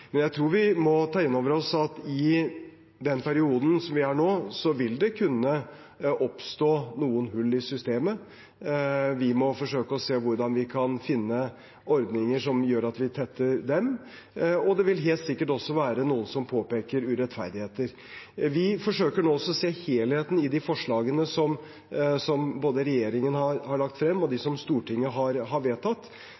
Jeg tror vi må ta inn over oss at i den perioden som vi er i nå, vil det kunne oppstå noen hull i systemet. Vi må forsøke å se hvordan vi kan finne ordninger som gjør at vi tetter dem. Det vil helt sikkert også være noen som påpeker urettferdigheter. Vi forsøker nå å se helheten både i de forslagene som regjeringen har lagt frem, og de